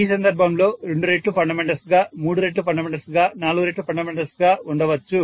ఈ సందర్భంలో 2 రెట్లు ఫండమెంటల్స్ గా 3 రెట్లు ఫండమెంటల్స్ గా 4 రెట్లు ఫండమెంటల్స్ గా ఉండవచ్చు